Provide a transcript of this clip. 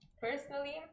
personally